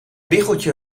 biggetje